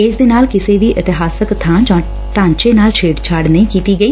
ਇਸ ਦੇ ਨਾਲ ਕਿਸੇ ਵੀ ਇਤਿਹਾਸਕ ਬਾਂ ਜਾਂ ਢਾਂਚੇ ਨਾਲ ਛੇੜਛਾੜ ਨਹੀਂ ਕੀਤੀ ਗਈ